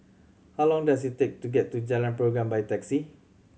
how long does it take to get to Jalan Pergam by taxi